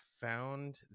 found